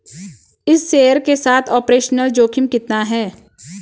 इस शेयर के साथ ऑपरेशनल जोखिम कितना है?